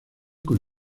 con